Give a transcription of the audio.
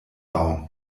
bauen